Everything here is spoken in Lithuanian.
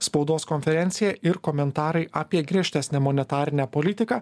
spaudos konferencija ir komentarai apie griežtesnę monetarinę politiką